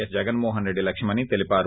yes Jaganmohan Reddy లక్ష్యమని తెలిపారు